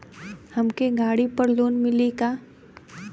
हमके गाड़ी पर लोन मिली का?